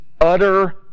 utter